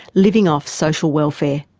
living off social welfare.